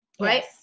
Right